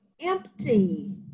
empty